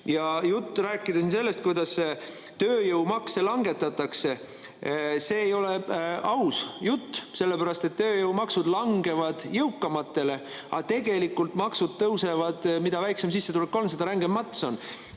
juttu sellest, kuidas tööjõumakse langetatakse – see ei ole aus jutt, sellepärast et tööjõumaksud langevad jõukamatel, aga tegelikult maksud tõusevad [niimoodi, et] mida väiksem sissetulek on, seda rängem mats on.